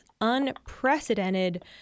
unprecedented